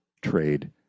Trade